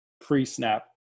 pre-snap